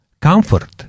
comfort